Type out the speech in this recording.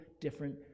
different